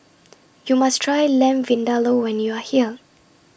YOU must Try Lamb Vindaloo when YOU Are here